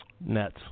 Nets